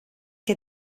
que